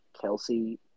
Kelsey